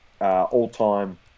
all-time